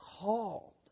called